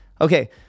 Okay